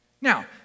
now